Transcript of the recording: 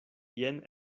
jen